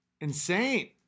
insane